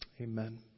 amen